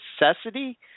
necessity